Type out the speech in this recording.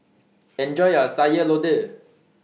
Enjoy your Sayur Lodeh